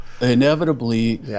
inevitably